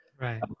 Right